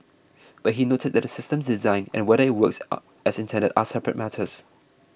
but he noted that the system's design and whether it works are as intended are separate matters